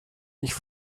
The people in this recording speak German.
ich